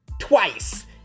twice